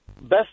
best